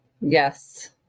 Yes